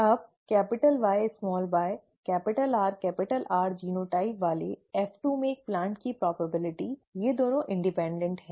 अब YyRR genotype वाले F2 में एक प्लांट की संभावना ये दोनों स्वतंत्र हैं